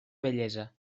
vellesa